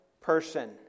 person